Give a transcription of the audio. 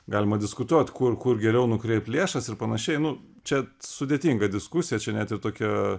galima diskutuot kur kur geriau nukreipt lėšas ir panašiai nu čia sudėtinga diskusija čia net ir tokia